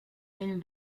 mille